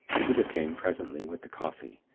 peter came, presently, with the coffee,